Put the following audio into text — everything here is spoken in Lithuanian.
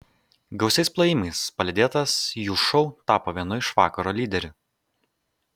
gausiais plojimai palydėtas jų šou tapo vienu iš vakaro lyderių